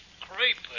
creepy